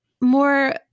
more